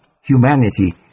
humanity